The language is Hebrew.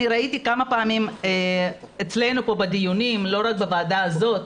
ראיתי כמה פעמים אצלנו בדיונים לא רק בוועדה הזו,